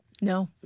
No